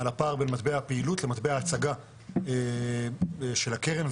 על הפער בין מטבע הפעילות למטבע ההצגה של הקרן,